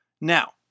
Now